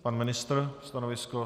Pan ministr stanovisko?